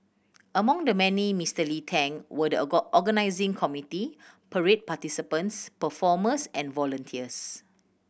among the many Mister Lee thanked were the organising committee parade participants performers and volunteers